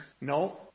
No